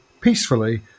peacefully